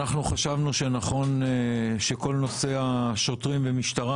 אנחנו חשבנו שנכון שכל נושא השוטרים והמשטרה